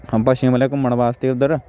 ਆਪਾਂ ਸ਼ਿਮਲੇ ਘੁੰਮਣ ਵਾਸਤੇ ਉੱਧਰ